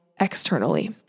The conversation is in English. externally